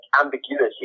ambiguity